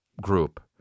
group